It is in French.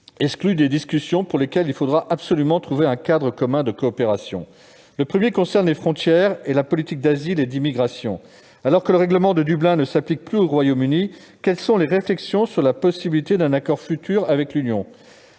exclus des discussions, pour lesquels il faudra absolument trouver un cadre commun de coopération. Le premier point concerne les frontières et la politique d'asile et d'immigration. Alors que le règlement de Dublin ne s'applique plus au Royaume-Uni, quelles sont les réflexions sur la possibilité d'un accord futur avec l'Union